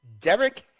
Derek